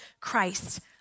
Christ